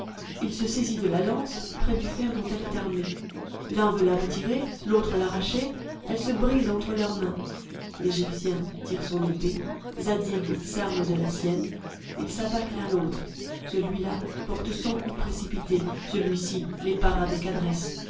il se saisit de la lance près du fer dont elle est armée l'un veut la retirer l'autre l'arracher elle se brise entre leurs mains l'égyptien tire son épée zadig s'arme de la sienne ils s'attaquent l'un l'autre celui-là porte cent coups précipités celui-ci les pare avec adresse